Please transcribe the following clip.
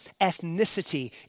ethnicity